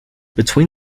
between